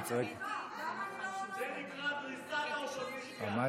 מה יהיה?